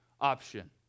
option